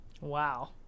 Wow